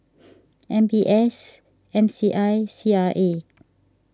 M B S M C I C R A